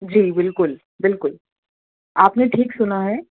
جی بالکل بالکل آپ نے ٹھیک سنا ہے